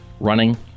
running